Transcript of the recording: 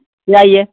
جی آئیے